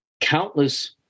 countless